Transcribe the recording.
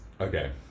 Okay